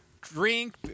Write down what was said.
Drink